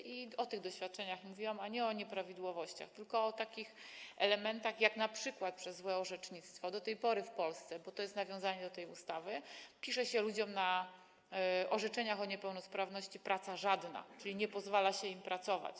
Mówiłam o tych doświadczeniach, a nie o nieprawidłowościach, mówiłam tylko o takich elementach jak np. to, że przez złe orzecznictwo do tej pory w Polsce, bo to jest nawiązanie do tej ustawy, pisze się ludziom na orzeczeniach o niepełnosprawności: praca żadna, czyli nie pozwala się im pracować.